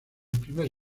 primer